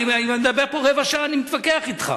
אם אני אדבר פה רבע שעה, אני אתווכח אתך.